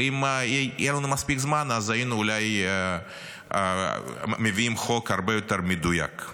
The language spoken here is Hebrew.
ואם היה לנו מספיק זמן אולי היינו מביאים חוק הרבה יותר מדויק.